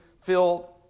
feel